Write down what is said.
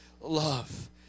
love